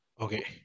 Okay